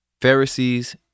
Pharisees